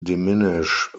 diminish